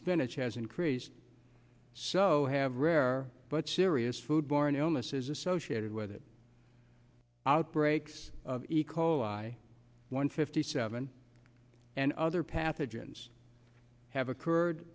spinach has increased so have rare but serious food borne illnesses associated with it outbreaks of the call i won fifty seven and other pathogens have occurred